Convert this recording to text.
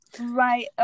Right